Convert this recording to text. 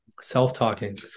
Self-talking